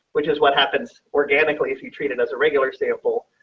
which is what happens organically. if you treated as a regular staple,